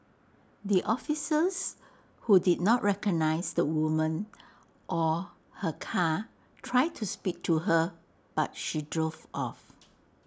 the officers who did not recognise the woman or her car tried to speak to her but she drove off